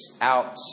out